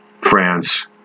France